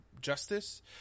justice